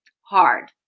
hard